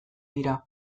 dira